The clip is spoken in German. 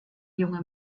junge